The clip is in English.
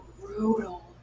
brutal